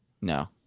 no